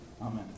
Amen